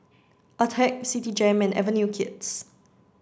attack Citigem and Avenue Kids